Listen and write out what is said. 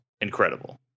incredible